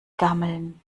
gammeln